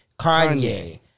Kanye